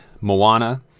Moana